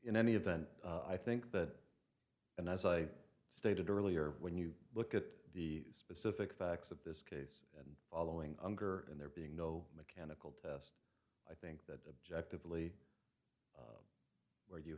in any event i think that and as i stated earlier when you look at the specific facts of this case and following under and there being no mechanical test i think that objective really where